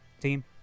team